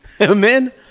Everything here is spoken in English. Amen